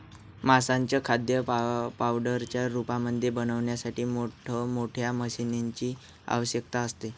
माशांचं खाद्य पावडरच्या रूपामध्ये बनवण्यासाठी मोठ मोठ्या मशीनीं ची आवश्यकता असते